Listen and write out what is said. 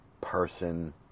person